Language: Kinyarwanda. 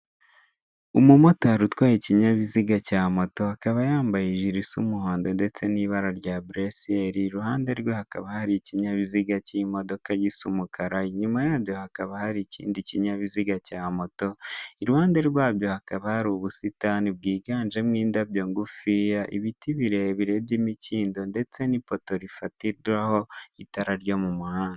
Umumotari utwaye ikinyabiziga cya moto, akaba ymbaye ijire isa umuhondo ndetse n'ibara rya bureseri, iruhande rwe hakaba hari ikinyabiziga cy'imodoka gisa umukara inyuma yaho hakaba hari ikindi kinyabiziga cya moto, iruhande rwabyo hakaba hari ubusitani bwiganjemo indabyo ngufiya ibiti birebire by'imikindo ndetse n'ipoto rifatirwaho itara ryo mu muhanda.